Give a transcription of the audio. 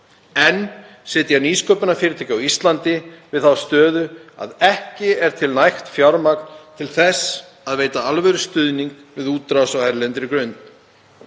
Enn sitja nýsköpunarfyrirtæki á Íslandi við þá stöðu að ekki er til nægt fjármagn til þess að veita alvörustuðning við útrás á erlendri grund.